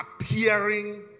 appearing